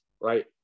right